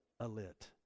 alit